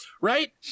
Right